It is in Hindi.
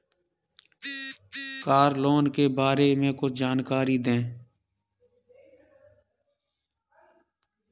कार लोन के बारे में कुछ जानकारी दें?